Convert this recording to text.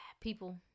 People